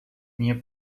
minha